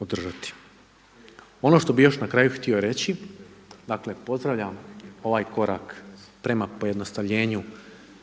održati. Ono što bih još na kraju htio reći, dakle pozdravljam ovaj korak prema pojednostavljenju